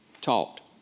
talked